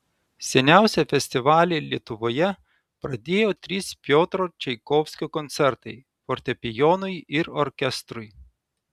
seniausią festivalį lietuvoje pradėjo trys piotro čaikovskio koncertai fortepijonui ir orkestrui